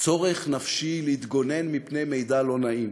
צורך נפשי להתגונן מפני מידע לא נעים,